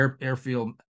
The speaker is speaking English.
airfield